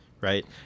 Right